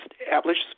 established